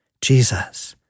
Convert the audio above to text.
Jesus